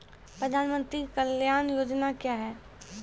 प्रधानमंत्री कल्याण योजना क्या हैं?